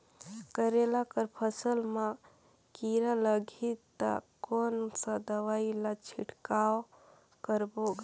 करेला कर फसल मा कीरा लगही ता कौन सा दवाई ला छिड़काव करबो गा?